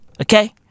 Okay